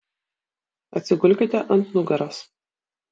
atsigulkite ant nugaros